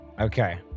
Okay